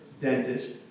dentist